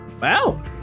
wow